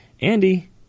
Andy